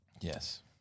yes